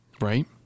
Right